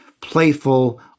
playful